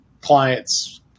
clients